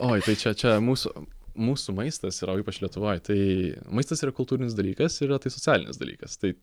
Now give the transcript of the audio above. oi tai čia čia mūsų mūsų maistas yra o ypač lietuvoj tai maistas yra kultūrinis dalykas ir yra tai socialinis dalykas tai